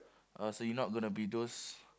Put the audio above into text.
oh so you not going to be those